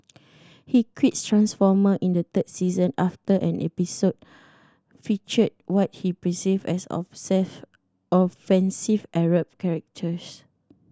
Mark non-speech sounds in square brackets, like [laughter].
he quit Transformer in the third season after an episode featured what he perceived as [unintelligible] offensive Arab caricatures